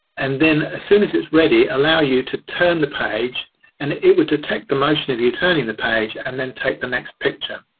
and then as soon as it is ready, allow you to turn the page and it it would detect the motion of you turning the page and then take the next picture,